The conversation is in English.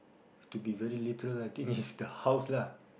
to be very literal I think is the house lah